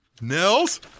Nels